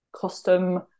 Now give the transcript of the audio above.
custom